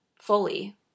fully